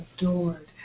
adored